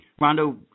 Rondo